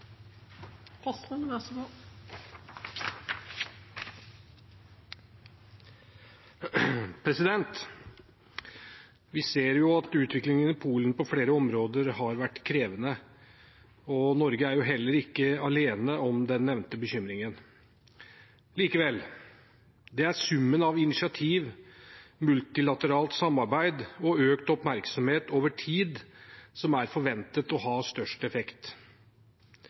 Norge er heller ikke alene om den nevnte bekymringen. Likevel: Det er summen av initiativ, multilateralt samarbeid og økt oppmerksomhet over tid som er forventet å ha størst effekt.